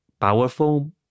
powerful